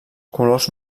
colors